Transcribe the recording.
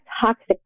toxic